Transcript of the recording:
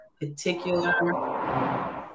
particular